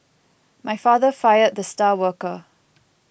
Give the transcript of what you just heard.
my father fired the star worker